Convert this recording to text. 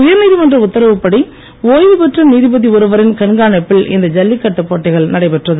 உயர்நீதிமன்ற உத்தரவுப்படி ஒய்வுபெற்ற நீதிபதி ஒருவரின் கண்காணிப்பில் இந்த ஜல்லிகட்டு போட்டிகள் நடைபெற்றது